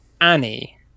Annie